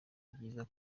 byiza